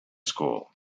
school